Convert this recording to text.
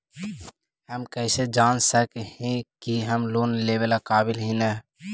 हम कईसे जान सक ही की हम लोन लेवेला काबिल ही की ना?